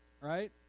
Right